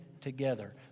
together